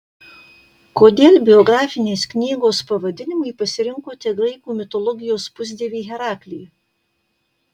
kodėl biografinės knygos pavadinimui pasirinkote graikų mitologijos pusdievį heraklį